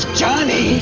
Johnny